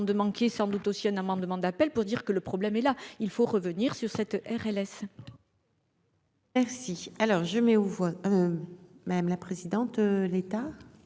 de manquer sans doute aussi un amendement d'appel pour dire que le problème est là : il faut revenir sur cette RLS. Merci, alors je mets aux voix, madame la présidente, l'état.